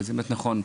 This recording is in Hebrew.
וזה באמת נכון,